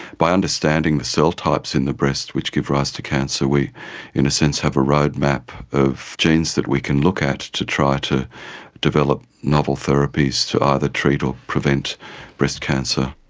by understanding the cell types in the breast which give rise to cancer we in a sense have a roadmap of genes that we can look at to try to develop novel therapies to either treat or prevent breast cancer.